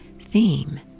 theme